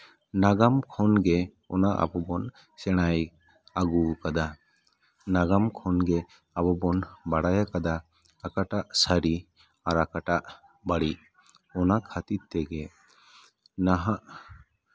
ᱱᱟᱜᱟᱢ ᱠᱷᱚᱱ ᱜᱮ ᱚᱱᱟ ᱟᱵᱚ ᱵᱚᱱ ᱥᱮᱬᱟ ᱟᱹᱜᱩ ᱟᱠᱟᱫᱟ ᱱᱟᱜᱟᱢ ᱠᱷᱚᱱᱜᱮ ᱟᱵᱚ ᱵᱚᱱ ᱵᱟᱲᱟᱭ ᱠᱟᱫᱟ ᱚᱠᱟᱴᱟᱜ ᱥᱟᱹᱨᱤ ᱟᱨ ᱚᱠᱟᱴᱟᱜ ᱵᱟᱹᱲᱤᱡ ᱚᱱᱟ ᱠᱷᱟᱹᱛᱤᱨ ᱛᱮᱜᱮ ᱱᱟᱦᱟᱜ